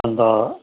अन्त